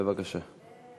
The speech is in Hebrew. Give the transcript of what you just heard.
בבקשה.